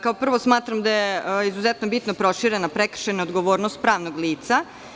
Kao prvo, smatram da je izuzetno bitno proširena prekršajna odgovornost pravnog lica.